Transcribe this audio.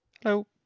Hello